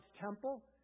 temple